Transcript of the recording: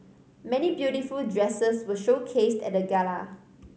many beautiful dresses were showcased at the gala